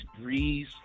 breeze